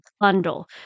bundle